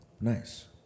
Nice